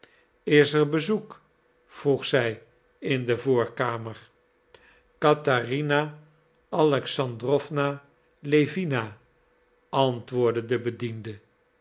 is er bezoek vroeg zij in de voorkamer catharina alexandrowna lewina antwoordde de bediende